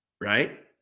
Right